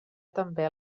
també